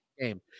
game